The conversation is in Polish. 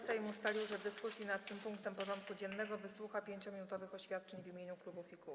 Sejm ustalił, że w dyskusji nad tym punktem porządku dziennego wysłucha 5-minutowych oświadczeń w imieniu klubów i kół.